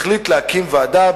החליט להקים ועדה.